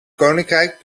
koninkrijk